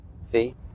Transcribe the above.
See